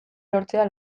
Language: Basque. lortzea